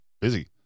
busy